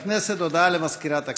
הודעה למזכירת הכנסת.